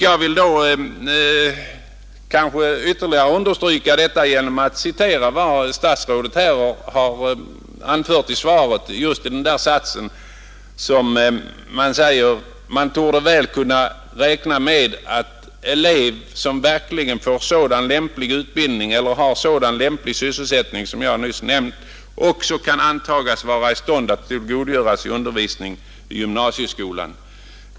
Jag vill understryka detta ytterligare genom att citera vad statsrådet anfört på den punkten i interpellationssvaret: ”Man torde väl kunna räkna med att elev som verkligen får sådan lämplig utbildning eller har sådan lämplig sysselsättning som jag nyss nämnt också kan antagas vara i stånd att tillgodogöra sig undervisning i gymnasieskolan.